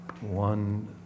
one